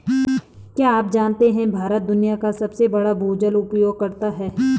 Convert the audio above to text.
क्या आप जानते है भारत दुनिया का सबसे बड़ा भूजल उपयोगकर्ता है?